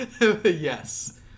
Yes